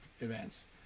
events